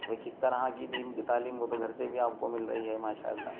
بھائی کس طرح کی دین کی تعلیم وہ تو گھر سے بھی آپ کو مل رہی ہے ماشاء اللہ